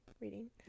reading